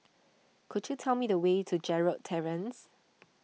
could you tell me the way to Gerald Terrace